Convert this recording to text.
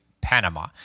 Panama